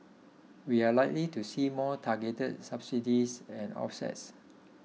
we are likely to see more targeted subsidies and offsets